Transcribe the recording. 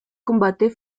combate